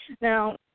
Now